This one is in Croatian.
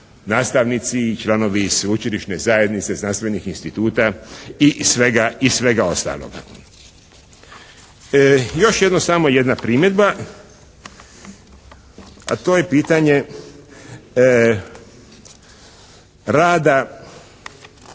nastavnici i članovi sveučilišne zajednice, znanstvenih instituta i svega ostaloga. Još samo jedna primjedba. To je pitanje rada